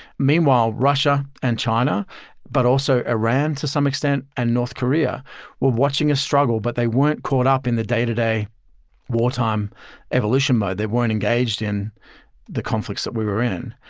meanwhile, russia and china but also iran to some extent and north korea were watching us struggle, but they weren't caught up in the day-to-day wartime evolution mode. they weren't engaged in the conflicts that we were in.